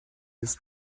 his